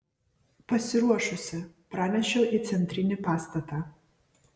pasiruošusi pranešiau į centrinį pastatą